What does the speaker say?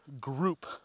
group